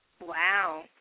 Wow